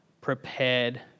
prepared